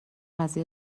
قضیه